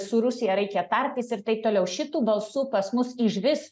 su rusija reikia tartis ir taip toliau šitų balsų pas mus išvis